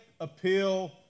appeal